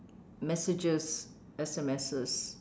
messages S_M_Ses